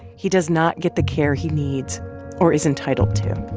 he does not get the care he needs or is entitled to